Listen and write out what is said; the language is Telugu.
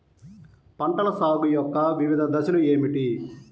పంటల సాగు యొక్క వివిధ దశలు ఏమిటి?